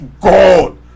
God